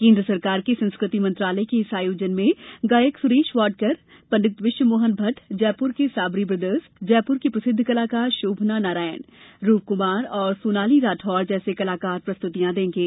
केंद्र सरकार के संस्कृति मंत्रालय के इस आयोजन में गायक सुरेश वाडकर पंडित विश्वमोहन भट्ट जयप्र के साबरी ब्रदर्स जयपुर की प्रसिद्ध कलाकार शोभना नारायण रूपकुमार और सोनाली राठौर जैसे कलाकार प्रस्तुतियां देंगे